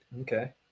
okay